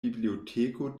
biblioteko